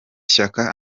shyaka